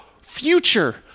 future